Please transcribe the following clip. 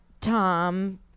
Tom